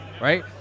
right